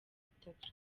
bitatu